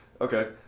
Okay